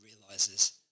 realizes